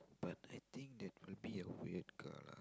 but I think that maybe a weird car